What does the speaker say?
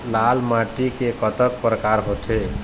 लाल माटी के कतक परकार होथे?